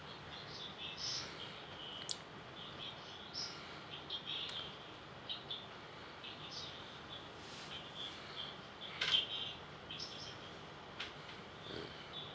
mm